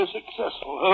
successful